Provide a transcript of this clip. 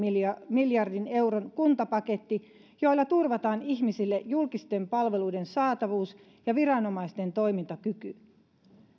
miljardin euron kuntapaketti jolla turvataan ihmisille julkisten palveluiden saatavuus ja viranomaisten toimintakyky